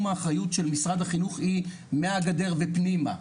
האחריות של משרד החינוך היא מהגדר ופנימה,